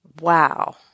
Wow